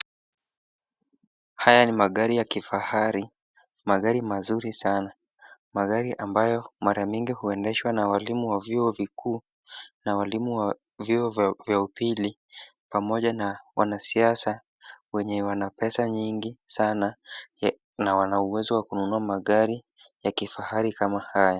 Haya ni magari ya kifahari, magari mazuri sana. Magari ambayo mara nyingi huendeshwa na walimu wa vyuo vikuu na walimu wa shule za upili na wanasiasa wenye wana pesa nyingi sana na wanauwezo wa kununua magari kama haya.